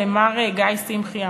למר גיא שמחי,